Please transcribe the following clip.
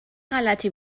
غلتی